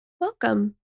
welcome